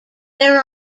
there